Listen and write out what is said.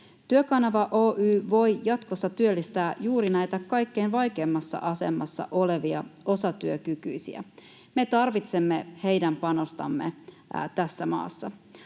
Työkanava Oy voi jatkossa työllistää juuri näitä kaikkein vaikeimmassa asemassa olevia osatyökykyisiä. Me tarvitsemme heidän panostansa tässä maassa.